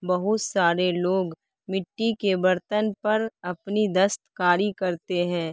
بہت سارے لوگ مٹی کے برتن پر اپنی دستکاری کرتے ہیں